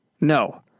No